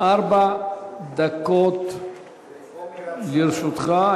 ארבע דקות לרשותך.